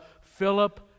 Philip